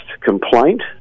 complaint